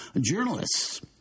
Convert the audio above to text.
journalists